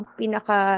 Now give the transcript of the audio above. pinaka